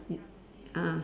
y ah